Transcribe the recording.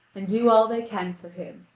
and do all they can for him,